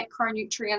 macronutrients